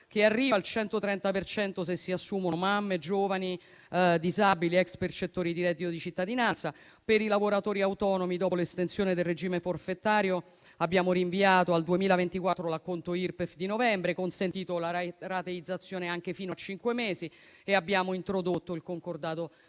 che arriva al 130 per cento se si assumono mamme, giovani, disabili, ex percettori di reddito di cittadinanza. Per i lavoratori autonomi, dopo l'estensione del regime forfettario, abbiamo rinviato al 2024 l'acconto Irpef di novembre, consentito la rateizzazione anche fino a cinque mesi e abbiamo introdotto il concordato preventivo